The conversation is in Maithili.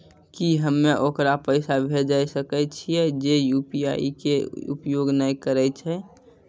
की हम्मय ओकरा पैसा भेजै सकय छियै जे यु.पी.आई के उपयोग नए करे छै?